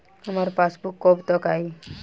हमार पासबूक कब तक आ जाई?